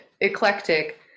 eclectic